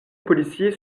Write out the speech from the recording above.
policier